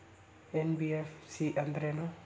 NBFC ಅಂದ್ರೇನು?